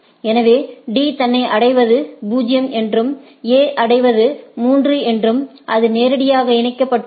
எனவே D தன்னை அடைவது 0 என்றும் A ஐ அடைவது 3 என்றும் அது நேரடியாக இணைக்கப்பட்டுள்ளது